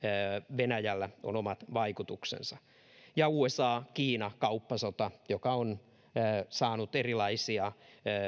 venäjällä on omat vaikutuksensa ja usa kiina kauppasota joka on saanut erilaisia